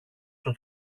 στο